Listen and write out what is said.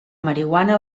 marihuana